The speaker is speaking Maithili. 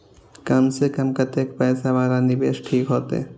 कम से कम कतेक पैसा वाला निवेश ठीक होते?